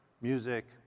music